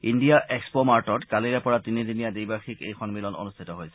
India expo মাৰ্টত কালিৰে পৰা তিনিদিনীয়া দ্বিবাৰ্ষিক এই সন্মিলন আৰম্ভ হৈছে